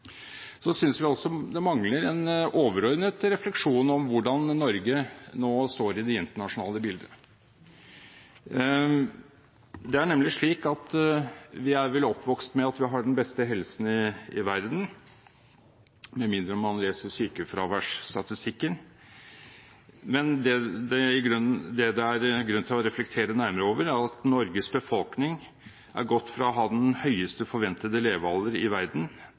synes også det mangler en overordnet refleksjon om hvordan Norge nå står i det internasjonale bildet. Det er vel slik at vi er oppvokst med at vi har den beste helsen i verden – med mindre man leser sykefraværsstatistikken – men det som det er grunn til å reflektere nærmere over, er at Norges befolkning er gått fra å ha den høyeste forventede levealder i verden